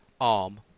arm